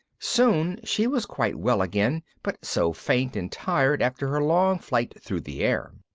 soon she was quite well again, but so faint and tired after her long flight through the air.